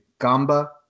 Gamba